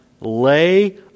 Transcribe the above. lay